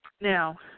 Now